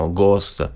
Ghost